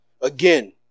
Again